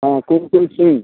हाँ कुमकुम सिंह